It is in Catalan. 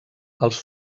els